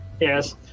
Yes